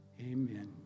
Amen